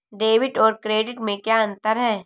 Debit और credit में क्या अंतर है?